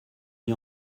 n’y